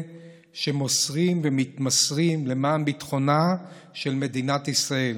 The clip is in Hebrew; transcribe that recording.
שמוסרים ומתמסרים למען ביטחונה של מדינת ישראל,